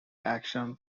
action